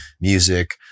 music